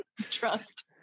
trust